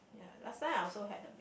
ya last time I also had a